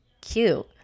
cute